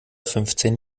fünfzehn